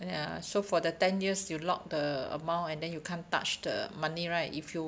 ya so for the ten years you lock the amount and then you can't touch the money right if you